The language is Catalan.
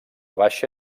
baixa